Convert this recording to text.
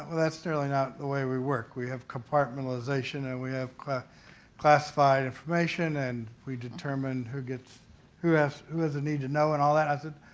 that's generally not the way we work. we have compartmentalization and we have classified information and we determine who gets who has who has the need to know and all that. i said,